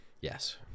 Yes